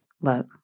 Look